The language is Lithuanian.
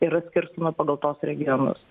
yra skirstomi pagal tuos regionus